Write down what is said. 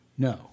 No